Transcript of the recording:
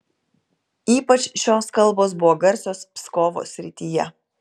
ypač šios kalbos buvo garsios pskovo srityje